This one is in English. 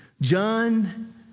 John